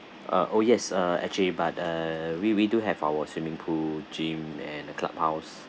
uh oh yes uh actually but uh we we do have our swimming pool gym and a clubhouse